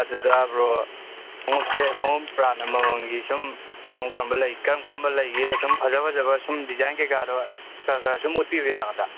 ꯑꯗꯨꯗ ꯕ꯭ꯔꯣ ꯈꯨꯉꯨꯞꯁꯦ ꯈꯨꯉꯨꯞ ꯕ꯭ꯔꯥꯟ ꯑꯃꯃꯝꯒꯤ ꯁꯨꯝ ꯀꯔꯝ ꯀꯔꯝꯕ ꯂꯩꯒꯦꯅ ꯁꯨꯝ ꯐꯖ ꯐꯖꯕ ꯁꯨꯝ ꯗꯤꯖꯥꯏꯟ ꯀꯩꯀꯥꯗꯣ ꯈꯔ ꯈꯔ ꯁꯨꯝ ꯎꯠꯄꯤꯕ ꯌꯥꯒꯗ꯭ꯔꯥ